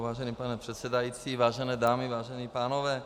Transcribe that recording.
Vážený pane předsedající, vážené dámy, vážení pánové.